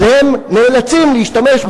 אז הם נאלצים להשתמש,